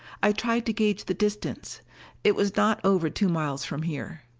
i tried to gauge the distance it was not over two miles from here.